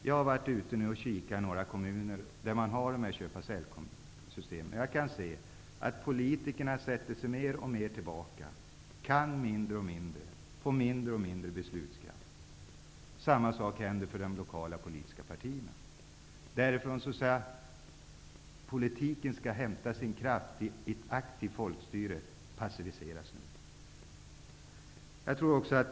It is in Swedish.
Jag har studerat några kommuner som har de här köpa--sälj-systemen, och jag har kunnat notera att politikerna så att säga mer och mer sätter sig ned och lutar sig bakåt. De kan mindre och mindre och deras beslutskraft blir mindre och mindre. Samma sak händer i de lokala politiska partierna. Man passiviseras i organisationer där politiken i ett aktivt folkstyre skall hämta sin kraft.